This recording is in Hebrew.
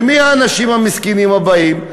ומי האנשים המסכנים שבאים?